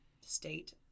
state